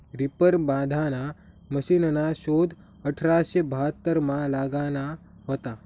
reaper बांधाना मशिनना शोध अठराशे बहात्तरमा लागना व्हता